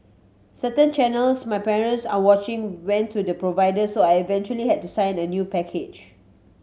certain channels my parents are watching went to the providers so I eventually had to sign a new package